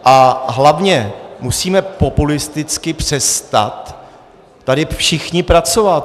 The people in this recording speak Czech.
A hlavně musíme populisticky přestat tady všichni pracovat.